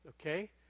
okay